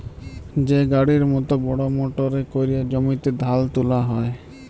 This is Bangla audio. যে গাড়ির মত বড় মটরে ক্যরে জমিতে ধাল তুলা হ্যয়